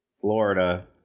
florida